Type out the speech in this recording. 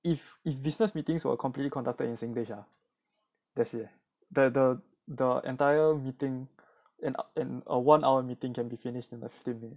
if if business meetings were completely conducted in singlish ah that's it leh the the the entire meeting in a one hour meeting can be finished in uh fifteen minute